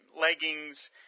leggings